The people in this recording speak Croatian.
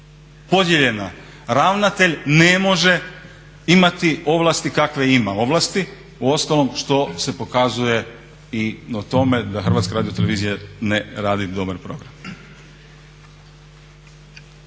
Podijeljena ravnatelj ne može imati ovlasti kakve ima ovlasti, uostalom što se pokazuje i na tome da Hrvatska radiotelevizija ne radi dobar program.